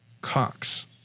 Cox